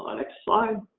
ah next slide.